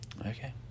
Okay